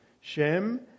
Shem